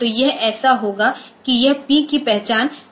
तो यह ऐसा होगा कि यह P की पहचान करेगा